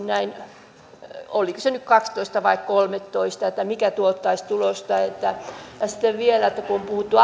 näin monessa oliko niitä nyt kaksitoista vai kolmetoista eli mikä tuottaisi tulosta ja sitten vielä kun on puhuttu